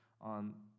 on